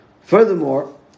Furthermore